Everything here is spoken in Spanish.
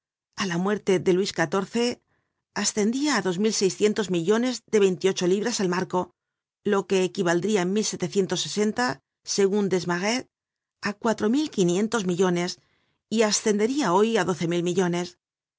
á la muerte de luis xiv ascendia á dos mil seiscientos millones de veintiocho libras el marco loque equivaldria en segun desmarets á cuatro mil quinientos millones y ascenderia hoy á doce mil millones